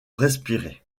respirer